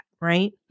right